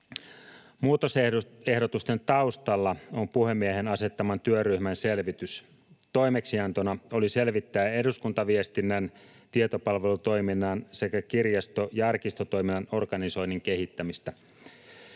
Muutosehdotusten taustalla on puhemiehen asettaman työryhmän selvitys. Toimeksiantona oli selvittää eduskuntaviestinnän, tietopalvelutoiminnan sekä kirjasto- ja arkistotoiminnan organisoinnin kehittämistä.